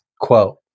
quote